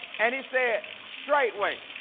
and he said straight wait